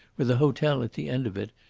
with a hotel at the end of it,